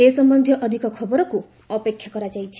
ଏ ସମ୍ବନ୍ଧୀୟ ଅଧିକ ଖବରକୁ ଅପେକ୍ଷା କରାଯାଇଛି